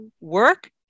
work